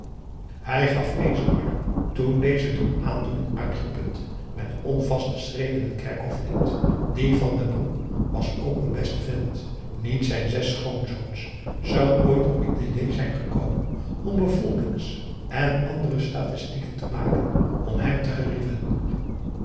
hij gaf kees den arm toen deze door aandoening uitgeput met onvaste schreden het kerkhof verliet die van den broek was ook n beste vent niet éen van p a daum hoe hij raad van indië werd onder ps maurits zijn zes schoonzoons zou ooit op het idee zijn gekomen om bevolkings en andere statistieken op te maken om hem te gerieven